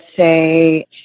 say